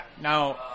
now